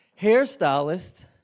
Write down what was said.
hairstylist